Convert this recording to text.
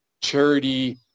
charity